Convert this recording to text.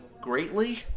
greatly